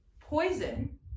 poison